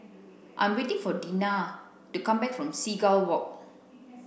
I am waiting for Dinah to come back from Seagull Walk